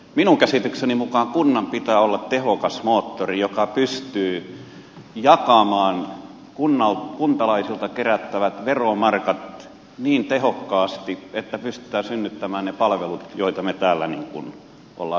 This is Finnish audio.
minun käsitykseni mukaan kunnan pitää olla tehokas moottori joka pystyy jakamaan kuntalaisilta kerättävät veromarkat niin tehokkaasti että pystytään synnyttämään ne palvelut joita me täällä olemme säätämässä